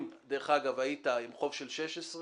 אם היית עם חוב של 2016,